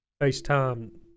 Facetime